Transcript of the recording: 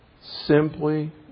simply